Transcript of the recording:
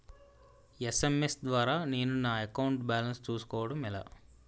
SMS ద్వారా నేను నా అకౌంట్ బాలన్స్ చూసుకోవడం ఎలా?